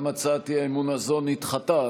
גם הצעת האי-אמון הזאת נדחתה.